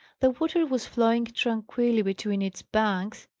the water was flowing tranquilly between its banks,